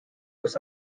was